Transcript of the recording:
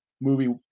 movie